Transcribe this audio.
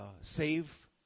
save